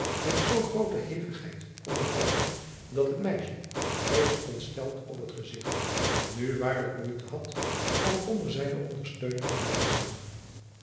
met zoo groote hevigheid om den hals dat het meisje reeds ontsteld op het gezigt nu waarlijk moeite had om onder zijne ondersteuning te blijven staan